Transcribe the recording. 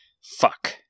fuck